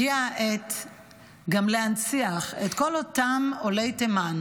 הגיעה העת גם להנציח את כל אותם עולי תימן